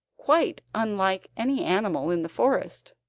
quite unlike any animal in the forest.